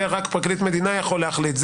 זה רק פרקליט מדינה יכול להחליט,